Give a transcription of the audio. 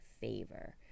favor